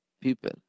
people